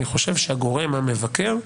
אני חושב שהגורם המבקר,